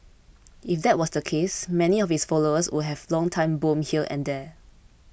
if that was the case many of his followers would have long time bomb here and there